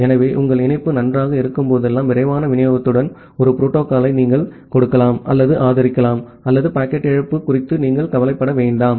எனவே உங்கள் இணைப்பு நன்றாக இருக்கும்போதெல்லாம் விரைவான விநியோகத்துடன் ஒரு புரோட்டோகால்யை நீங்கள் கொடுக்கலாம் அல்லது ஆதரிக்கலாம் அல்லது பாக்கெட் இழப்பு குறித்து நீங்கள் கவலைப்பட வேண்டாம்